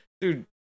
Dude